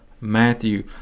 matthew